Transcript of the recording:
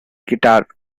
guitar